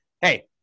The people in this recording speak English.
Hey